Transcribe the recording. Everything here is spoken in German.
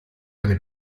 eine